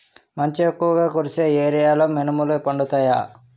మంచు ఎక్కువుగా కురిసే ఏరియాలో మినుములు పండుతాయా?